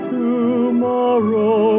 tomorrow